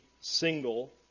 single